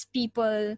people